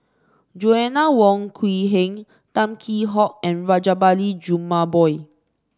Joanna Wong Quee Heng Tan Kheam Hock and Rajabali Jumabhoy